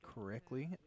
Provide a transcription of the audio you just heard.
correctly